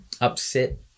upset